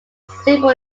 symbol